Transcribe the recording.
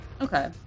Okay